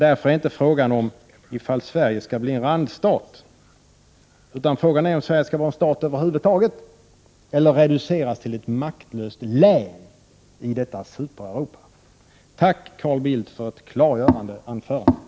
Därför är det inte fråga om ifall Sverige skall bli en randstat, utan frågan är om Sverige skall vara en stat över huvud taget eller reduceras till ett maktlöst län i detta Supereuropa. Tack, Carl Bildt, för ett klargörande anförande!